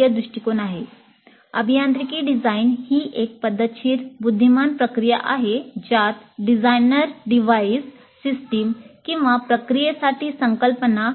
अभियांत्रिकी डिझाइनच्या व्याख्येसाठी आणखी एक लोकप्रिय दृष्टीकोन अभियांत्रिकी डिझाइन ही एक पद्धतशीर बुद्धिमान प्रक्रिया आहे ज्यात डिझाइनर साधन प्रणाली किंवा प्रक्रियेसाठी संकल्पना